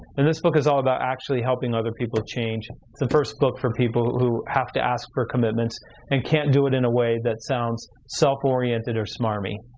and this book is all about actually helping other people change. it's the first book for people who have to ask for commitments and can't do it in a way that sounds self-oriented or smarmy.